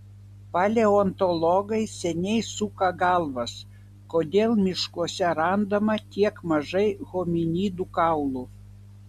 paleontologai seniai suka galvas kodėl miškuose randama tiek mažai hominidų kaulų